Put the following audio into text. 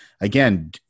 again